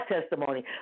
testimony